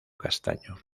castaño